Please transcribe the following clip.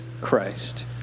Christ